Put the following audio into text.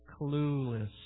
Clueless